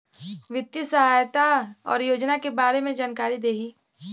वित्तीय सहायता और योजना के बारे में जानकारी देही?